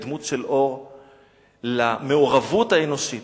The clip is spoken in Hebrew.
היא דמות של אור למעורבות האנושית.